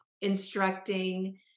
instructing